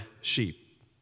sheep